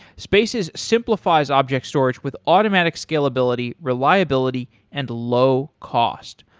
spaces simplifies object storage with automatic scalability, reliability and low cost.